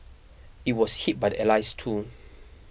it was hit by the Allies too